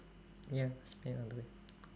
ya smart in other way